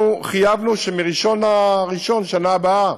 אנחנו חייבנו שמ-1 בינואר בשנה הבאה